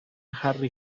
harry